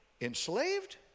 enslaved